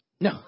No